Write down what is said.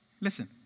listen